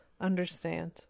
understand